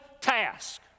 task